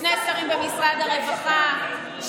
שני שרים במשרד הרווחה,